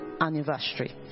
anniversary